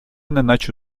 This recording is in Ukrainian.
неначе